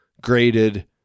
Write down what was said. graded